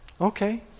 Okay